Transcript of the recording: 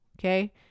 okay